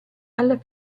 alla